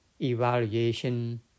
evaluation